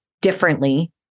differently